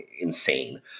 insane